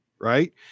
right